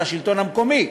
של השלטון המקומי.